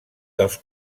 dels